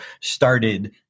started